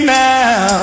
now